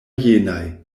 jenaj